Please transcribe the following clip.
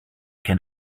can